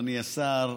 אדוני השר,